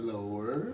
Lower